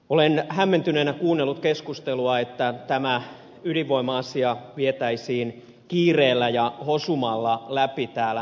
olen hämmentyneenä kuunnellut keskustelua että tämä ydinvoima asia vietäisiin kiireellä ja hosumalla läpi täällä eduskunnassa